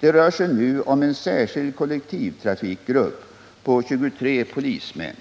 Det rör sig nu om en särskild kollektivtrafikgrupp på 23 polismän.